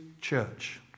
church